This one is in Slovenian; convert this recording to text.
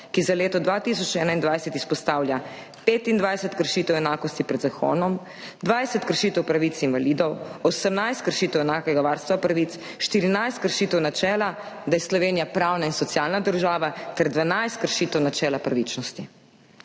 ki za leto 2021 izpostavlja 25 kršitev enakosti pred zakonom, 20 kršitev pravic invalidov, 18 kršitev enakega varstva pravic, 14 kršitev načela, da je Slovenija pravna in socialna država, ter 12 kršitev načela pravičnosti.